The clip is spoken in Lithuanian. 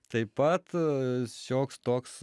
taip pat šioks toks